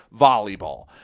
volleyball